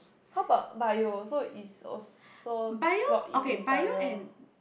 how about Bio so is also brought in in Bio